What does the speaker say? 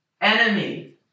enemy